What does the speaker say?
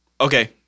okay